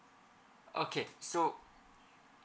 okay so